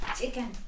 Chicken